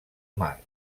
mar